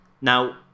Now